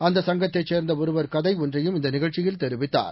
அந்த சங்கத்தைச் சேர்ந்த ஒருவர் கதை ஒன்றையும் இந்த நிகழ்ச்சியில் தெரிவித்தார்